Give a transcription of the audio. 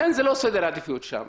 לכן זה לא סדר העדיפויות שם.